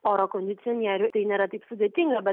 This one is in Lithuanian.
oro kondicionierių tai nėra taip sudėtinga bet